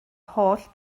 holl